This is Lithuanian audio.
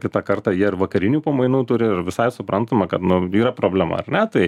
kitą kartą jie ir vakarinių pamainų turi ir visai suprantama kad nu yra problema ar ne tai